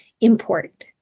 import